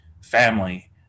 family